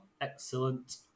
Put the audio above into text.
Excellent